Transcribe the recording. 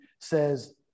says